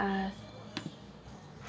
ask